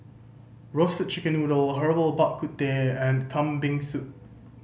Roasted Chicken Noodle Herbal Bak Ku Teh and Kambing Soup